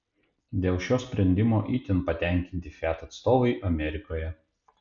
dėl šio sprendimo itin patenkinti fiat atstovai amerikoje